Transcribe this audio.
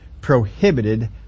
prohibited